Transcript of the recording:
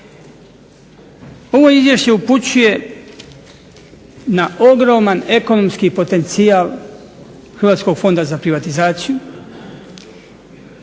Ovo izvješće upućuje na ogroman ekonomski potencijal Hrvatskog fonda za privatizaciju